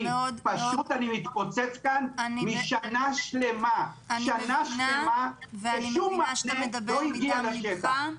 כי פשוט אני מתפוצץ כאן משנה שלמה שנה שלמה כששום מעשה לא הגיע לשטח,